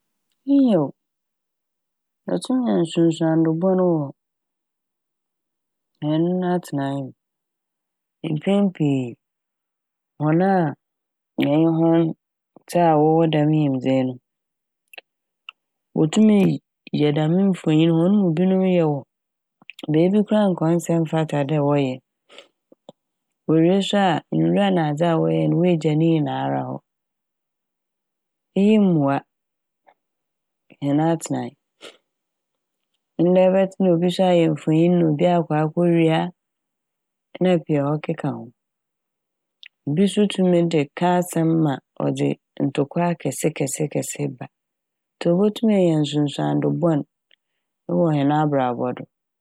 Nyew otum nya nsunsuando bɔn wɔ hɛn atsenae m'. Mpɛn pii hɔn a yɛnye hɔn tse a wɔwɔ dɛm nyimdzee no wotum y- yɛ dɛm mfonyin no. Hɔn mu binom yɛ wɔ beebi a koraa a nka ɔnnsɛ mmfata dɛ wɔyɛ wowie so a nwura nadze a wɔyɛɛ no wogya ne nyinara hɔ, Iyi mmboa hɛn atsenae. Ndɛ ɛbɛtse na obi so ayɛ mfonyin na obi so akɔ ekowia a na pii a ɔkeka ho. Bi so tum de ka asɛm ma ɔdze ntokwa akɛsekɛsekɛse ba ntsi obotum enya nsuansuando bɔn ewɔ hɛn abrabɔ do.